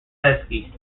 huskies